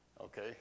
Okay